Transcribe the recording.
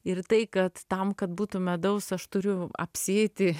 ir tai kad tam kad būtų medaus aš turiu apsėti